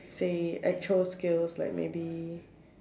say actual skills like maybe